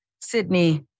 Sydney